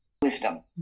wisdom